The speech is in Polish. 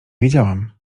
wiedziałam